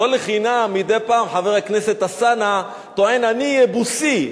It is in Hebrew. לא לחינם מדי פעם חבר הכנסת אלסאנע טוען: אני יבוסי,